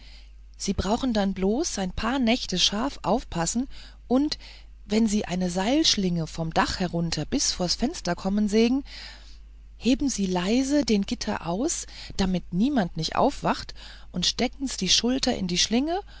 sie brauchen dann bloß ein paar nächte scharf aufpassen und wenn sie eine seilschlingen vom dach herunter bis vors fenster kommen segen heben sie leise den gitter aus damit niemand nicht aufwacht steckens die schultern in die schlinge